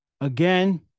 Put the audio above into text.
again